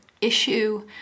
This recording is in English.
issue